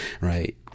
Right